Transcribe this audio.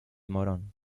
morón